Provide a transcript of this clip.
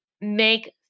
make